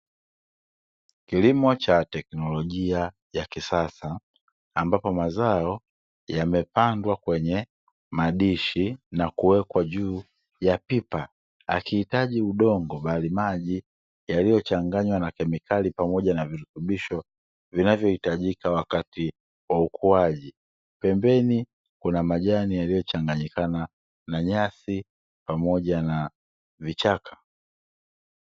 Kilimo cha teknolojia ya kisasa, ambapo mazao yamepandwa kwenye madishi na kuwekwa juu ya pipa, hakihitaji udongo bali maji yaliyochanganywa na kemikali pamoja na virutubisho vinavohitajika wakati wa ukuaji. Pembeni kuna majani yaliyochanganyikana na nyasi pamoja na vichaka.